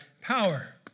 power